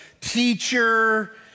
teacher